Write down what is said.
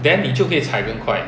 then 你就可以踩更快